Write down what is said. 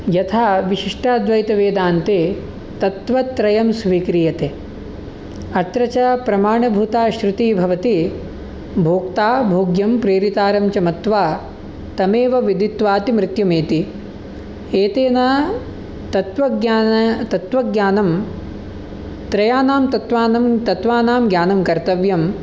यथा विशिष्टाद्वैतवेदान्ते तत्त्वत्रयं स्वीक्रियते अत्र च प्रमाणभूता श्रुतिः भवति भोक्ता भोग्यं प्रेरितारं च मत्वा तमेव विदित्वा तु मृत्युमेति एतेन तत्त्वज्ञान् तत्त्वज्ञानं त्रयानां तत्त्वानं तत्त्वानां ज्ञानं कर्तव्यम्